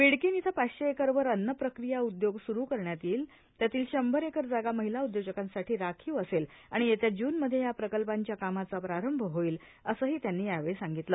बीडकीन इथं पाचशे एकरवर अन्न प्रक्रिया उद्योग सुरू करण्यात येतील त्यातील शंभर एकर जागा महिला उद्योजकांसाठी राखीव असेल आणि येत्या जूनमध्ये या प्रकल्पांच्या कामाचा प्रारंभ होईल असंही त्यांनी यावेळी सांगितलं